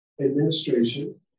administration